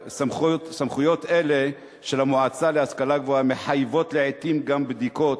סמכויות אלה של המועצה להשכלה גבוהה מחייבות לעתים גם בדיקות